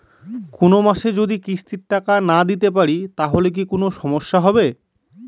কোনমাসে যদি কিস্তির টাকা না দিতে পারি তাহলে কি কোন সমস্যা হবে?